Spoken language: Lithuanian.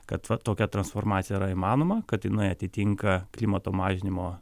kad va tokia transformacija yra įmanoma kad jinai atitinka klimato mažinimo